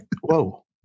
Whoa